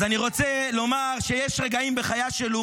יאללה, יאללה, לך מפה.